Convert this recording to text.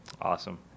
awesome